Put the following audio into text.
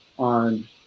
on